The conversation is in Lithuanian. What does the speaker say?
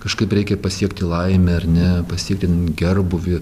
kažkaip reikia pasiekti laimę ar ne pasiektin gerbūvį